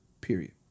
period